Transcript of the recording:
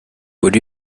would